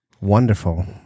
Wonderful